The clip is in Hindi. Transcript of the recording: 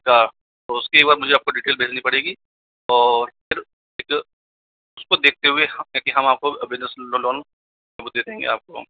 का उसकी एक बार मुझे आपको डिटेल भेजनी पड़ेगी और फिर जो उसको देखते हुए कि हम आपको बिजनेस लोन आपको दे देंगे आपको